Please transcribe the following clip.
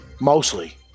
Mostly